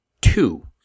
two